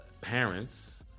parents